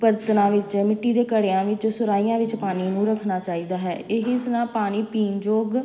ਬਰਤਨਾਂ ਵਿੱਚ ਮਿੱਟੀ ਦੇ ਘੜਿਆ ਵਿੱਚ ਸੁਰਾਈਆਂ ਵਿੱਚ ਪਾਣੀ ਨੂੰ ਰੱਖਣਾ ਚਾਹੀਦਾ ਹੈ ਇਹ ਇਸ ਨਾਲ ਪਾਣੀ ਪੀਣਯੋਗ